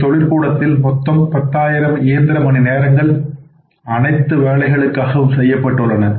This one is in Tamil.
இந்த தொழிற்கூடத்தில் மொத்தமாக பத்தாயிரம் இயந்திர மணி நேரங்கள் அனைத்து வேலைகளுக்காகவும் செய்யப்பட்டுள்ளன